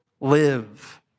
live